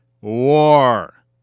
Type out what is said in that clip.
War